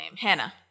Hannah